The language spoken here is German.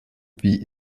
wie